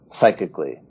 psychically